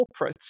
corporates